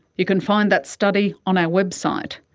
you can find that study on our website.